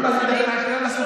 לא, אני מדבר על הסטודנטים.